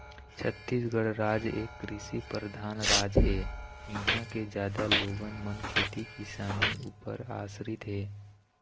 छत्तीसगढ़ राज एक कृषि परधान राज ऐ, इहाँ के जादा लोगन मन खेती किसानी ऊपर आसरित हे